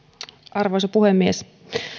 arvoisa puhemies